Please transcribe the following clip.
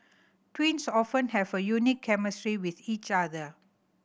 twins often have a unique chemistry with each other